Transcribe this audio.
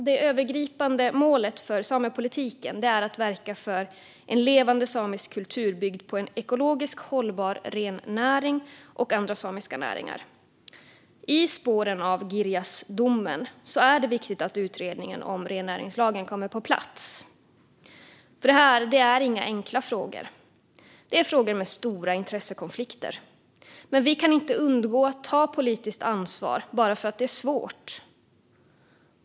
Det övergripande målet för samepolitiken är att verka för en levande samisk kultur byggd på en ekologiskt hållbar rennäring och andra samiska näringar. I spåren av Girjasdomen är det viktigt att utredningen om rennäringslagen kommer på plats. Detta är inga enkla frågor. Det är frågor med stora intressekonflikter. Men vi kan inte undgå att ta politiskt ansvar bara för att det är svårt.